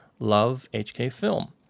lovehkfilm